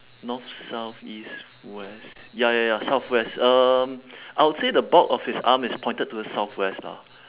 north south east west ya ya ya southwest um I would say the bulk of his arm is pointed to the southwest lah